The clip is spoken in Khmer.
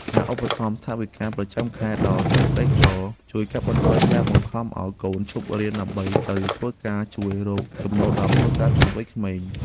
ការឧបត្ថម្ភថវិកាប្រចាំខែដល់សិស្សក្រីក្រជួយកាត់បន្ថយការបង្ខំឱ្យកូនឈប់រៀនដើម្បីទៅធ្វើការជួយរកចំណូលដល់គ្រួសារទាំងវ័យក្មេង។